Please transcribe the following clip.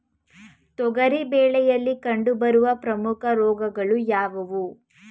ತೊಗರಿ ಬೆಳೆಯಲ್ಲಿ ಕಂಡುಬರುವ ಪ್ರಮುಖ ರೋಗಗಳು ಯಾವುವು?